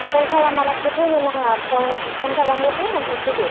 खल खालामालासे फैनो नाङा फन खालामहरदो आमफ्राय फैदो